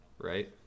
right